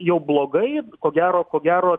jau blogai ko gero ko gero